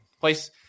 place